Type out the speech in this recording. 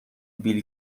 بیل